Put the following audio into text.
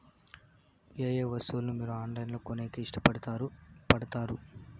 ఏయే వస్తువులను మీరు ఆన్లైన్ లో కొనేకి ఇష్టపడుతారు పడుతారు?